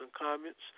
comments